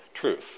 truth